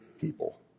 people